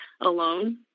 alone